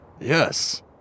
Yes